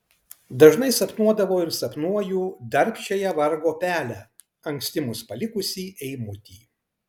dažnai sapnuodavau ir sapnuoju darbščiąją vargo pelę anksti mus palikusį eimutį